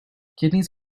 kidneys